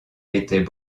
était